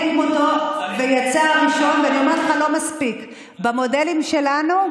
זה פרויקט חשוב מאין כמוהו.